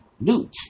loot